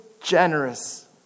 generous